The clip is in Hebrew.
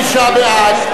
75 בעד,